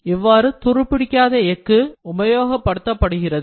இவ்வாறு துருபிடிக்காத எக்கு உபயோகப்படுத்தப்படுகிறது